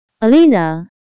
Alina